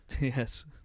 Yes